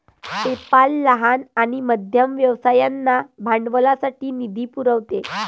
PayPal लहान आणि मध्यम व्यवसायांना भांडवलासाठी निधी पुरवते